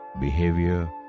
behavior